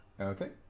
okay